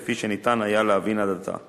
כפי שניתן היה להבין עד עתה.